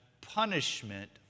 punishment